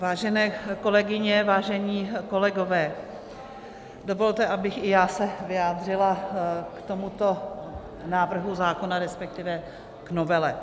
Vážené kolegyně, vážení kolegové, dovolte, abych i já se vyjádřila k tomuto návrhu zákona resp. k novele.